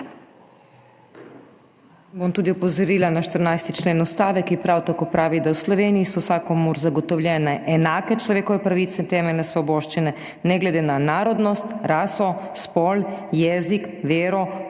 Bom tudi opozorila na 14. člen Ustave, ki prav tako pravi, da v Sloveniji so vsakomur zagotovljene enake človekove pravice in temeljne svoboščine ne glede na narodnost, raso, spol, jezik, vero,